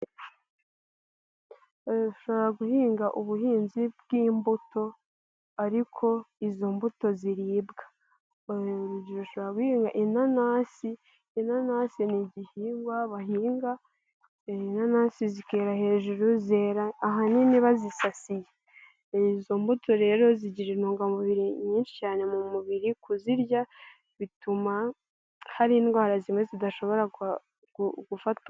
Shobora guhinga ubuhinzi bw'imbuto ariko izo mbuto ziribwa urugero inanasi, inanasi ni igihingwa bahinga, inanasi zikera hejuru, zera ahanini bazisasiye, izo mbuto rero zigira intungamubiri nyinshi cyane mu mubiri kuzirya bituma hari indwara zimwe zidashobora gufata.